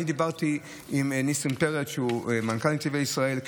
דיברתי עם ניסים פרץ, מנכ"ל נתיבי ישראל.